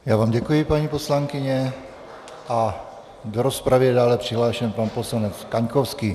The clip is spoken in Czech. Já vám děkuji, paní poslankyně, a do rozpravy je dále přihlášen pan poslanec Kaňkovský.